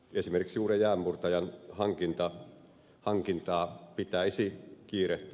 esimerkiksi uuden jäänmurtajan hankintaa pitäisi kiirehtiä